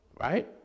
right